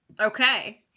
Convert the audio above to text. Okay